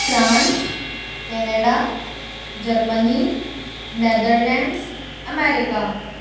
France Canada Germany Netherlands America